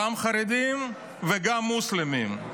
גם חרדים וגם מוסלמים.